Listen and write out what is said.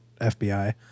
FBI